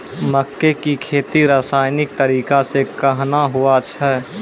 मक्के की खेती रसायनिक तरीका से कहना हुआ छ?